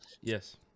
Yes